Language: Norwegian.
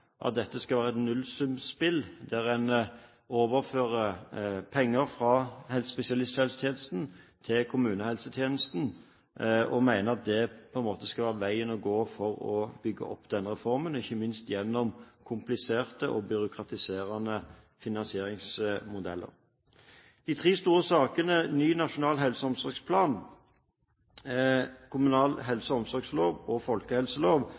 at dette skal være et nullsumspill der en overfører penger fra spesialhelsetjenesten til kommunehelsetjenesten og mener at det skal være veien å gå for å bygge opp denne reformen, ikke minst gjennom kompliserte og byråkratiserende finansieringsmodeller. I de tre store sakene, ny nasjonal helse- og omsorgsplan, kommunal helse- og omsorgstjenestelov og folkehelselov